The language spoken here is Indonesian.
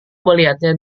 melihatnya